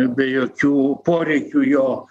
be jokių poreikių jo